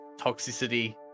toxicity